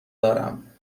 دارم